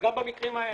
ואז גם במקרים האלה.